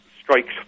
strikes